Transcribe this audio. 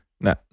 No